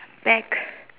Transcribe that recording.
back